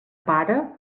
pare